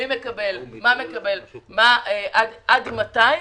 מי מקבל מה ועד מתי?